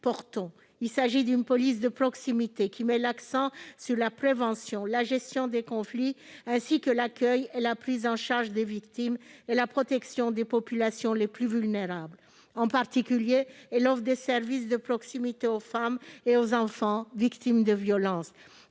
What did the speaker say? portons : une police de proximité qui met l'accent sur la prévention et la gestion des conflits ainsi que sur l'accueil et la prise en charge des victimes et la protection des populations les plus vulnérables. Cette police offrirait en particulier des services de proximité aux femmes et aux enfants victimes de violences